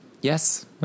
Yes